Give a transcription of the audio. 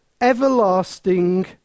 everlasting